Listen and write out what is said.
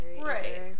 Right